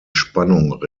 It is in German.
spannung